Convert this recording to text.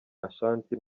ashanti